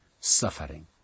suffering